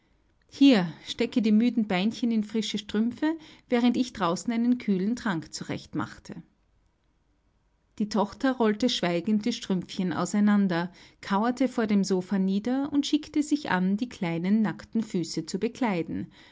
hier stecke die müden beinchen in frische strümpfe während ich draußen einen kühlen trank zurechtmache die tochter rollte schweigend die strümpfchen auseinander kauerte vor dem sofa nieder und schickte sich an die kleinen nackten füße zu bekleiden